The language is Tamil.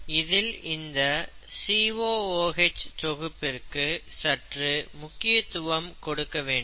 இதில் இந்த COOH தொகுப்பிற்கு சற்று முக்கியதுவம் கொடுக்க வேண்டும்